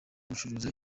gucuruza